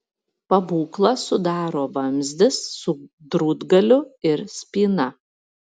pabūklą sudaro vamzdis su drūtgaliu ir spyna